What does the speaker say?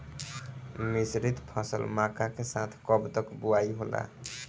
मिश्रित फसल मक्का के साथ कब तक बुआई होला?